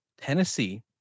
Tennessee